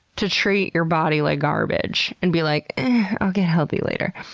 to treat your body like garbage and be like, ah, i'll get healthy later,